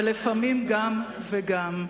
ולפעמים גם וגם.